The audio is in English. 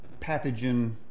pathogen